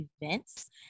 events